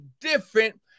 different